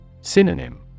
Synonym